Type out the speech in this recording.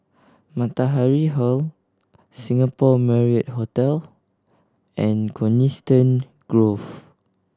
Matahari Hall Singapore Marriott Hotel and Coniston Grove